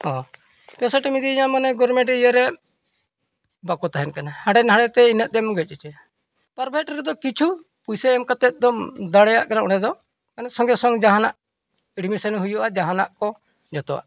ᱛᱚ ᱯᱮᱥᱮᱱᱴ ᱮᱢ ᱤᱫᱤᱭᱮᱭᱟ ᱢᱟᱱᱮ ᱜᱚᱨᱢᱮᱱᱴ ᱤᱭᱟᱹ ᱨᱮ ᱵᱟᱠᱚ ᱛᱟᱦᱮᱱ ᱠᱟᱱᱟ ᱦᱟᱸᱰᱮ ᱱᱟᱰᱮ ᱛᱮ ᱤᱱᱟᱹᱜ ᱛᱮᱢ ᱜᱚᱡ ᱦᱚᱪᱚᱭ ᱭᱟ ᱯᱨᱟᱭᱵᱷᱮᱹᱴ ᱨᱮᱫᱚ ᱠᱤᱪᱷᱩ ᱯᱩᱭᱥᱟᱹ ᱮᱢ ᱠᱟᱛᱮᱫ ᱫᱚᱢ ᱫᱟᱲᱮᱭᱟᱜ ᱠᱟᱱᱟ ᱚᱸᱰᱮ ᱫᱚ ᱢᱟᱱᱮ ᱥᱚᱸᱜᱮ ᱥᱚᱝ ᱡᱟᱦᱟᱱᱟᱜ ᱮᱰᱢᱤᱥᱮᱱ ᱦᱩᱭᱩᱜᱼᱟ ᱡᱟᱦᱟᱱᱟᱜ ᱠᱚ ᱡᱚᱛᱚᱣᱟᱜ